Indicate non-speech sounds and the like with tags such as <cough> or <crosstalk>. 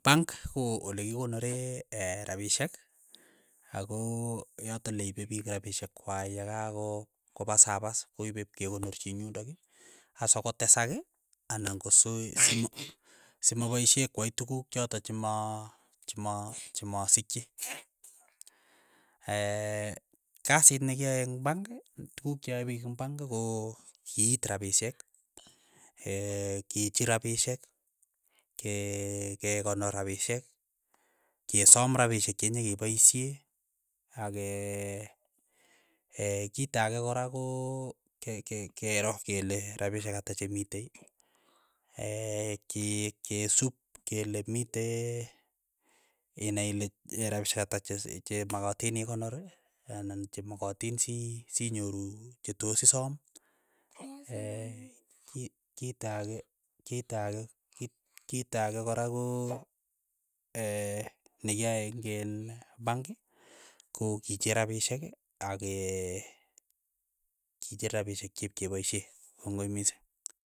Pank ko ole kikonoree <hesitation> rapishek ako yatok le ipe piik rapishek kwai yakako pas a pas, koipe ipkekonorchi ing' yundok, asokotesak anan kosiu <noise> sima simapaishe kwai tukuk chotok chemo chemo chemosikchi, <hesitation> kasit nekiyae eng' pank, tukuk che yae piik eng' pank ko kiit rapishek, <hesitation> kicher rapishek, ke kekonor rapsihek, kesom rapishek chenyekepaishe ake <hesitation> ee kita ake kora koo ke- ke- kero kele rapishek ata chemite, <hesitation> ki kesup kele mite inai ile <hesitation> rapishek ata che makatin ikonor anan chemakatin si sinyoru chetos isoom, <hesitation> ki kita ake kita ake kit- kita ake kora ko <hesitation> nekiai ing' in bank. ko kicher rapishek akee kinyer rapishek chipkepaishe, kongoi mising.